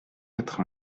quatre